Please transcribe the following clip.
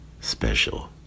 special